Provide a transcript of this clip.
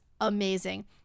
amazing